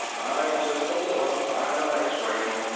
just deliver, i don't x-ray em.